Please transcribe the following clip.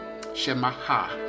Shemaha